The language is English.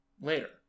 later